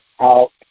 out